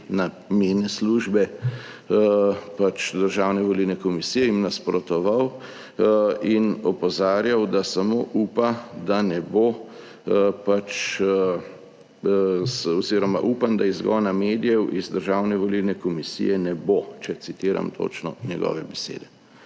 na mejne službe pač Državne volilne komisije, jim nasprotoval in opozarjal, da samo upa, da ne bo pač oziroma »Upam, da izgona medijev iz Državne volilne komisije ne bo,« če citiram točno njegove besede.